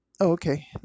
Okay